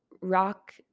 rock